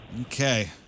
Okay